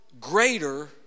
greater